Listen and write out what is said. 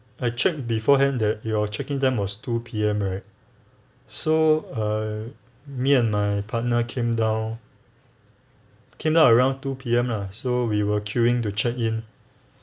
I checked beforehand that your checking time was two P_M right so I me and my partner came down came down around two P_M lah so we were queuing to check in